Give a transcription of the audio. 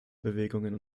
bewegungen